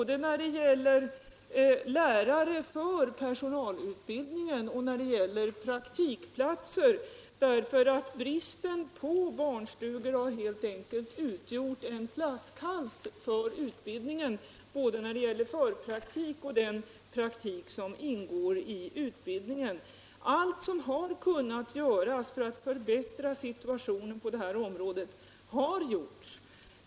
Det har varit brist på lärare för personalutbildningen och brist på praktikplatser; bristen på barnstugor har helt enkelt utgjort en flaskhals för utbildningen när det gäller både förpraktiken och den praktik som ingår i utbildningen. Allt som kunnat göras för att förbättra situationen på detta område har gjorts.